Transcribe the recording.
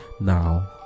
Now